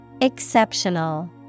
Exceptional